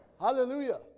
hallelujah